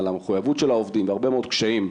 על המחויבות של העובדים והרבה מאוד קשיים,